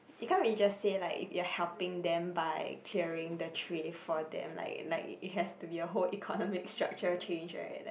you can't really just say like you you are helping them by clearing the tray for them like like it has to be a whole economic structure change [right] like